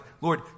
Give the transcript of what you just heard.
Lord